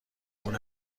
اون